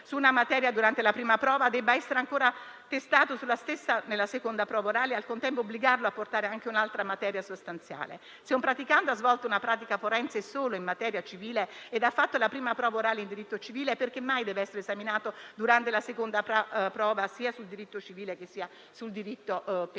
su una materia durante la prima prova debba essere ancora testato sulla stessa nella seconda prova orale e, al contempo, obbligarlo a portare anche un'altra materia sostanziale. Se un praticante ha svolto una pratica forense solo in materia civile ed ha fatto la prima prova orale in diritto civile, perché mai deve essere esaminato, durante la seconda prova, sia sul diritto civile sia sul diritto penale?